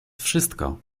wszystko